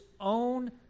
own